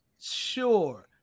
Sure